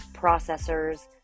processors